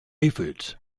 aphids